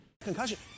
Concussion